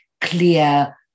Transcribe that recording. clear